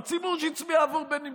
הציבור שהצביע עבור בני גנץ,